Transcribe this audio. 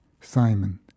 Simon